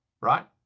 right